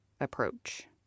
approach